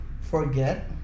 forget